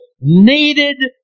needed